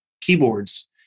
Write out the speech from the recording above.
keyboards